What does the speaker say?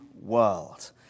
world